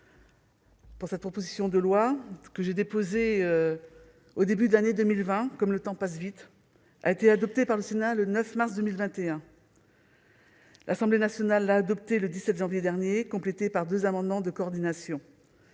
présente proposition de loi, que j'ai déposée au début de l'année 2020- comme le temps passe vite !-, a été adoptée par le Sénat le 9 mars 2021. L'Assemblée nationale l'a votée le 17 janvier dernier, complétée par deux amendements de coordination.